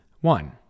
one